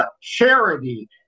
Charity